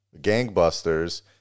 gangbusters